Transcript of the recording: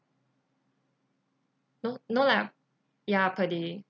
no no lah ya per day